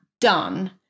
done